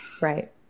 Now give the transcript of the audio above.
Right